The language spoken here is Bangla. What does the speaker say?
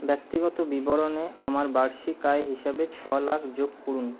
ব্যক্তিগত বিবরণে আমার বার্ষিক আয় হিসাবে ছয় লাখ যোগ করুন